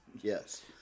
Yes